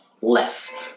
less